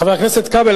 חבר הכנסת כבל,